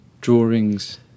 drawings